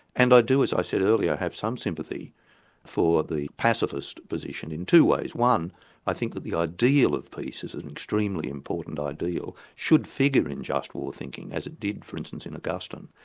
and i do, as i said earlier, have some sympathy for the pacifist position in two ways one i think that the ideal of peace is an extremely important ideal, should figure in just war thinking, as it did for instance in augustine,